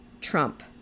trump